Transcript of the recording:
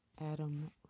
Adam